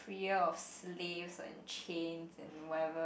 freer of slaves and chains and whatever